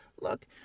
look